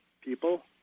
people